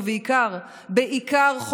ובעיקר בעיקר,